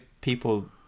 people